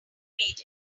read